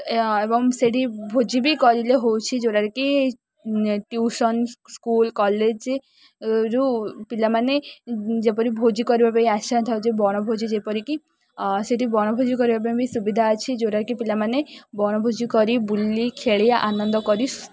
ଏବଂ ସେଠି ଭୋଜି ବି କରିଲେ ହଉଛି ଯେଉଁଟା କି ଟିଉସନ୍ ସ୍କୁଲ୍ କଲେଜ୍ରୁ ପିଲାମାନେ ଯେପରି ଭୋଜି କରିବା ପାଇଁ ଆସିଥାଉଛି ବଣଭୋଜି ଯେପରିକି ସେଠି ବଣଭୋଜି କରିବା ପାଇଁ ବି ସୁବିଧା ଅଛି ଯେଉଁଟା କି ପିଲାମାନେ ବଣଭୋଜି କରି ବୁଲି ଖେଳି ଆନନ୍ଦ କରି